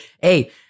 hey